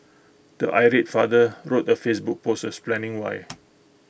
the irate father wrote A Facebook post explaining why